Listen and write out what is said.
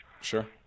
Sure